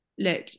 look